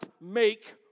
make